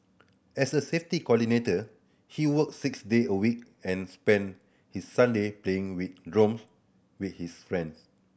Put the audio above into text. as a safety coordinator he work six day a week and spend his Sunday playing with drones with his friends